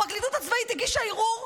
הפרקליטות הצבאית הגישה ערעור,